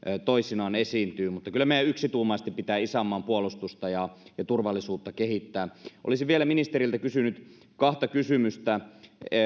toisinaan esiintyy mutta kyllä meidän yksituumaisesti pitää isänmaan puolustusta ja ja turvallisuutta kehittää olisin vielä ministeriltä kysynyt kahta kysymystä